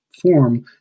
form